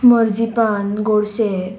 मर्जीपान गोडशे